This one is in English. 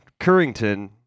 Currington